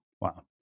Wow